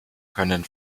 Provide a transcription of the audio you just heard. können